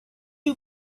you